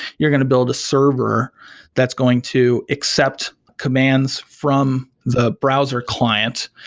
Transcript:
you're going to build a server that's going to accept commands from the browser client,